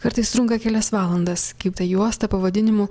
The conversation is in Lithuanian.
kartais trunka kelias valandas kaip ta juosta pavadinimu